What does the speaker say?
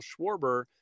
Schwarber